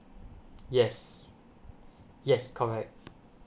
yes yes correct